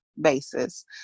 basis